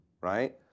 right